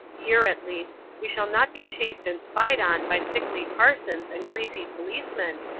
here, at least, we shall not be chased and spied on by sickly parsons and greasy policemen,